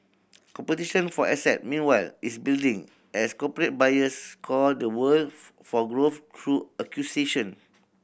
competition for asset meanwhile is building as corporate buyers scour the world for growth through acquisition